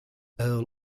earl